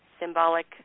symbolic